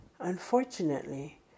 Unfortunately